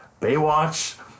Baywatch